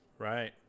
right